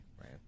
right